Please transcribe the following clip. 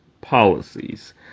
policies